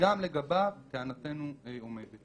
גם לגביו טענתנו עומדת.